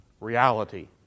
reality